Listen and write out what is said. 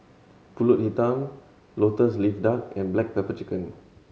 Pulut Hitam Lotus Leaf Duck and black pepper chicken